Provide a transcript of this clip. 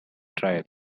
trial